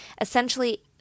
Essentially